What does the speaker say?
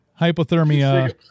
hypothermia